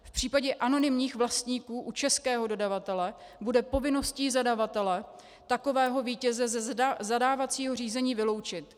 V případě anonymních vlastníků u českého dodavatele bude povinností zadavatele takového vítěze ze zadávacího řízení vyloučit.